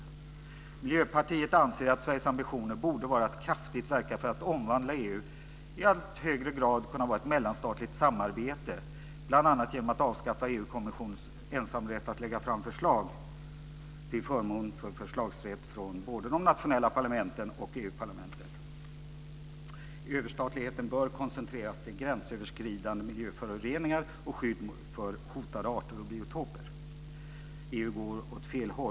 Miljöpartiet anser att Sveriges ambitioner borde vara att kraftigt verka för att omvandla EU till att i allt högre grad kunna vara ett mellanstatligt samarbete, bl.a. genom att avskaffa EU-kommissionens ensamrätt när det gäller att lägga fram förslag till förmån för förslagsrätt från både de nationella parlamenten och EU-parlamentet. Överstatligheten bör koncentreras till gränsöverskridande miljöföroreningar och skydd för hotade arter och biotoper. EU går åt fel håll.